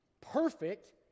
perfect